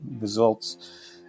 results